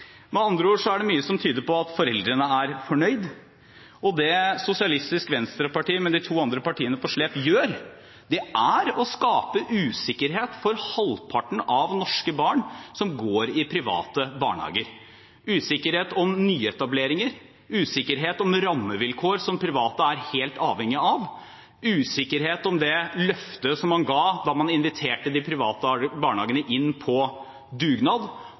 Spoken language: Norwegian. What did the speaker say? Med andre ord er det mye som tyder på at foreldrene er fornøyd. Det SV med de to andre partiene på slep gjør, er å skape usikkerhet for halvparten av norske barnehagebarn, som går i private barnehager – usikkerhet om nyetableringer, usikkerhet om rammevilkår som private er helt avhengige av, usikkerhet om det løftet man ga da man inviterte de private barnehagene til dugnad,